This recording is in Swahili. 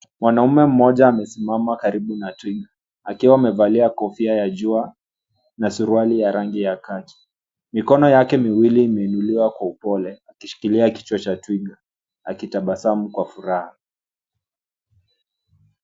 Mwanaume mmoja amesimama karibu na twiga akiwa amevalia kofia na jua na suruali ya rangi ya khaki , mikono yake miwili imeinuliwa kwa upole ikishikilia kichwa cha twiga akitabasamu kwa furaha